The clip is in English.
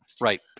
Right